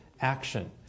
action